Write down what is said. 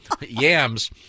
yams